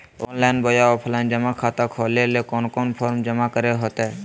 Online बोया offline जमा खाता खोले ले कोन कोन फॉर्म जमा करे होते?